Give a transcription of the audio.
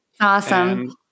Awesome